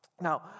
Now